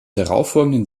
darauffolgenden